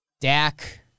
Dak